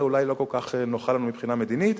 אולי לא כל כך נוחה לנו מבחינה מדינית.